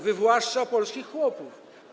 Wywłaszcza on polskich chłopów.